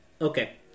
Okay